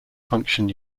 function